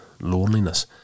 loneliness